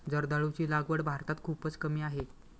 जर्दाळूची लागवड भारतात खूपच कमी आहे